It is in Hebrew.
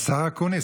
השר אקוניס,